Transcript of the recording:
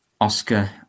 Oscar